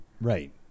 Right